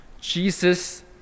Jesus